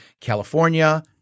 California